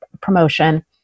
promotion